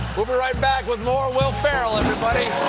we'll be right back with more will ferrell, everybody.